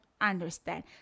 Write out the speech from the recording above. understand